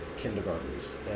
kindergartners